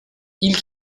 i̇lk